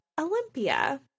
Olympia